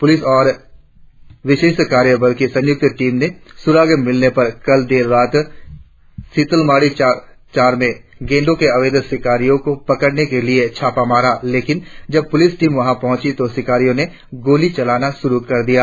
police और विशेष कार्य बल की संयुक्त टीम ने सुराग मिलने पर कल देर रात सीतलमाड़ी चार में गेंडों के अवैध शिकारियों को पकड़ने के लिए छापा मारा लेकिन जब पुलिस टीम वहां पहुंची तो शिकारियों ने गोलियां चलानी शुरु कर दी